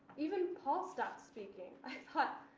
even paul stopped speaking. i thought,